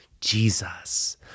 Jesus